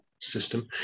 system